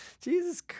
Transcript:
jesus